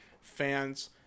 fans